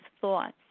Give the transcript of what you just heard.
thoughts